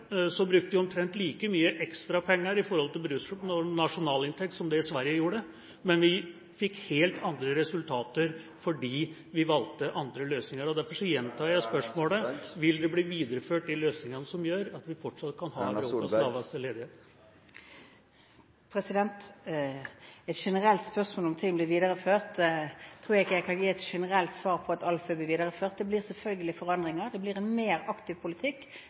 brukte vi omtrent like mye ekstrapenger i forhold til brutto nasjonalinntekt som Sverige gjorde. Men vi fikk helt andre resultater, fordi vi valgte andre løsninger. Derfor gjentar jeg spørsmålet: Vil de løsningene, som gjør at vi fortsatt kan ha Europas laveste ledighet, bli videreført? Når det gjelder et generelt spørsmål om ting blir videreført, tror jeg ikke jeg kan gi et generelt svar på at alt vil bli videreført – det blir selvfølgelig forandringer. Det blir en mer aktiv politikk